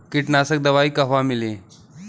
कीटनाशक दवाई कहवा मिली?